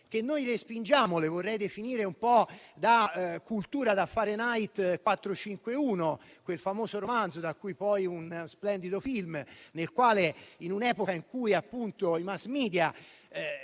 che noi respingiamo. Le vorrei definire un po' da cultura da «Fahrenheit 451», quel famoso romanzo da cui poi fu tratto uno splendido film, nel quale, in un'epoca in cui i *mass media*